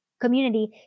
community